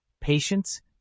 patience